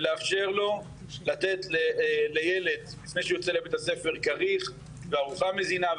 ולאפשר לו לתת לילד לפני שהוא יוצא לבית הספר כריך וארוחה מזינה,